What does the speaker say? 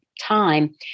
time